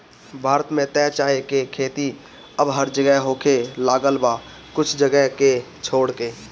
भारत में त चाय के खेती अब हर जगह होखे लागल बा कुछ जगह के छोड़ के